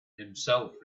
himself